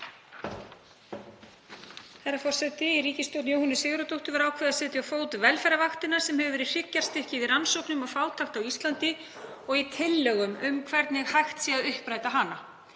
Herra forseti. Í ríkisstjórn Jóhönnu Sigurðardóttur var ákveðið að setja á fót Velferðarvaktina sem hefur verið hryggjarstykkið í rannsóknum á fátækt á Íslandi og í tillögum um hvernig hægt sé að uppræta hana.